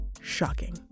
shocking